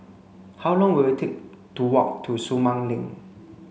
how long will it take to walk to Sumang Link